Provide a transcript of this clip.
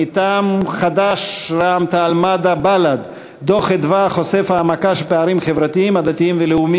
מטעם חד"ש רע"ם-תע"ל-מד"ע בל"ד: דוח "מרכז אדוה"